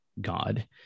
god